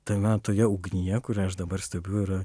tame toje ugnyje kurią aš dabar stebiu yra